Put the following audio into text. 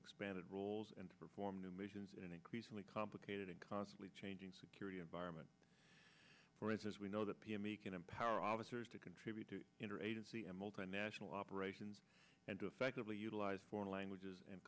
expanded roles and perform new missions in an increasingly complicated and constantly changing security environment for instance we know that p m a can empower officers to contribute to interagency and multinational operations and to effectively utilize foreign languages and